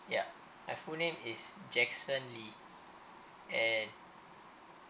ya my full name is jackson lee and